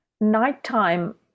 nighttime